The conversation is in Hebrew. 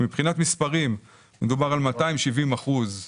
מבחינת מספרים מדובר על 270 אחוזים